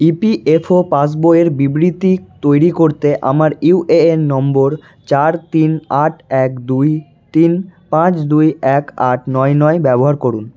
EPFO পাসবইয়ের বিবৃতি তৈরি করতে আমার ইউএএন নম্বর চার তিন আট এক দুই তিন পাঁচ দুই এক আট নয় নয় ব্যবহার করুন